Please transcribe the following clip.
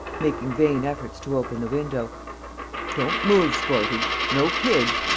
making vain efforts to open the window don't move, sportie! no kid!